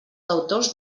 deutors